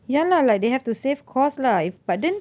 ya lah like they have to save cost lah if but then